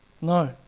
No